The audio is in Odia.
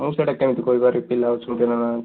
ମୁଁ ସେଇଟା କେମିତି କହିପାରିବି ପିଲା ଅଛନ୍ତି ନା ନାହିଁ